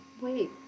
wait